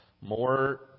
More